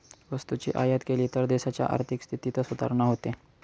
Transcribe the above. वस्तूची आयात केली तर देशाच्या आर्थिक स्थितीत सुधारणा होते